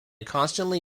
constantly